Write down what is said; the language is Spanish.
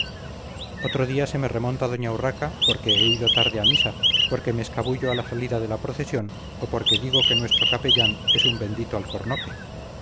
otro día se me remonta doña urraca porque he ido tarde a misa porque me escabullo a la salida de la procesión o porque digo que nuestro capellán es un bendito alcornoque